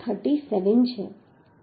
37 છે